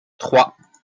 trois